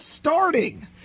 starting